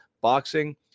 boxing